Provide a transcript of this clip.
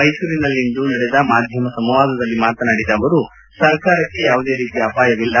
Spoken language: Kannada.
ಮೈಸೂರಿನಲ್ಲಿಂದು ನಡೆದ ಮಾಧ್ಯಮ ಸಂವಾದದಲ್ಲಿ ಮಾತನಾಡಿದ ಅವರು ಸರ್ಕಾರಕ್ಕೆ ಯಾವುದೇ ರೀತಿಯ ಅಪಾಯವಿಲ್ಲ